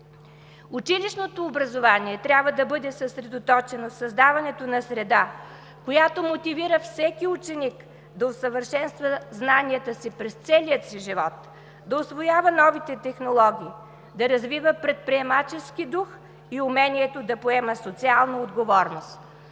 Училищното образование трябва да бъде съсредоточено в създаването на среда, която мотивира всеки ученик да усъвършенства знанията си през целият си живот, да усвоява новите технологии, да развива предприемачески дух и умението да поема социална отговорност.